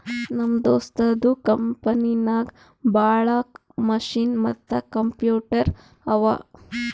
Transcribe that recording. ನಮ್ ದೋಸ್ತದು ಕಂಪನಿನಾಗ್ ಭಾಳ ಮಷಿನ್ ಮತ್ತ ಕಂಪ್ಯೂಟರ್ ಅವಾ